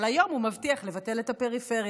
אבל היום הוא מבטיח לבטל את הפריפריה.